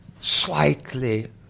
slightly